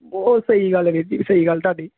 ਬਹੁਤ ਸਹੀ ਗੱਲ ਆ ਵੀਰ ਜੀ ਸਹੀ ਗੱਲ ਤੁਹਾਡੀ